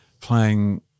playing